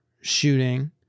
shooting